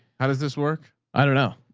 how does this work? i don't know.